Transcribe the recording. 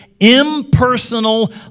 Impersonal